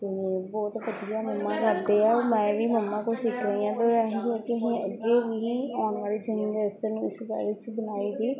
ਅਤੇ ਬਹੁਤ ਵਧੀਆ ਮੰਮਾ ਕਰਦੇ ਆ ਔਰ ਮੈਂ ਵੀ ਮੰਮਾ ਕੋਲ ਸਿੱਖ ਰਹੀ ਹਾਂ ਪਰ ਇਹੀ ਹੈ ਕਿ ਅਸੀਂ ਅੱਗੇ ਵੀ ਆਉਣ ਵਾਲੀ ਜਨਰੇਸ਼ਨ ਇਸ ਬਾ ਇਸ ਬੁਣਾਈ ਦੀ